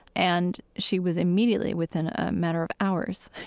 and she was immediately, within a matter of hours,